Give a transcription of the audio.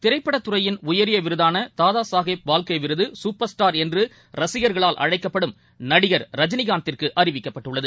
திரைப்படத்துறையின் உயரியவிருதானதாதாசாகேப் பால்கேவிருதுகுப்பர் ஸ்டார் என்றுரசிகர்களால் அழைக்கப்படும் நடிகர் ரஜினிகாந்திற்குஅறிவிக்கப்பட்டுள்ளது